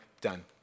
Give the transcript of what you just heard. done